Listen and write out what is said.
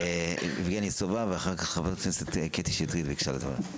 יבגני סובה ואחר כך חברת הכנסת קטי שטרית ביקשה לדבר.